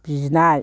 बिनाय